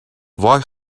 وای